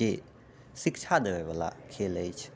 जे शिक्षा देबयबला खेल अछि